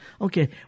Okay